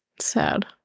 Sad